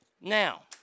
Now